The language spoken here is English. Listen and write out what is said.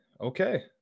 okay